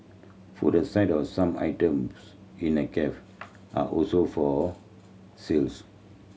food aside of some items in the cafe are also for sales